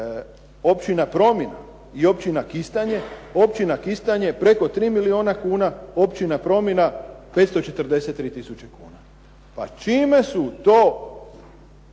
općina Promina i općina Kistanje. Općina Kistanje preko 3 milijuna kuna, općina Promina 543 tisuće kuna. Pa čime su to